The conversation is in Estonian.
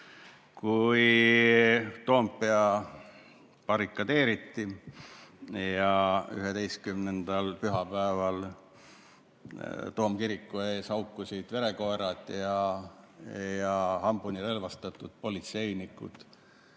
kui Toompea barrikadeeriti ja 11-ndal, pühapäeval, toomkiriku ees haukusid verekoerad ja hambuni relvastatud politseinikud